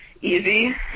easy